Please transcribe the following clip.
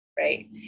right